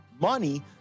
money